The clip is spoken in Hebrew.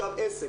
עסק